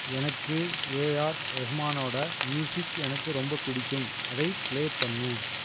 எனக்கு ஏஆர் ரகுமானோட மியூசிக் எனக்கு ரொம்ப பிடிக்கும் அதை பிளே பண்ணு